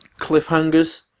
cliffhangers